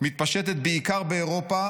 מתפשטת בעיקר באירופה,